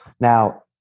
Now